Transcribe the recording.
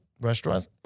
restaurants